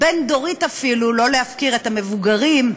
בין-דורית אפילו, לא להפקיר את המבוגרים,